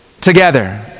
together